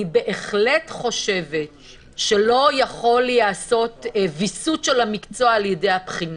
אני בהחלט חושבת שלא יכול להיעשות ויסות של המקצוע על ידי הבחינה.